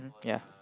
ya